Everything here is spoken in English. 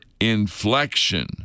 inflection